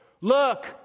look